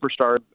superstar